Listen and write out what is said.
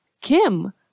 kim